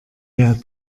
der